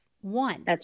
One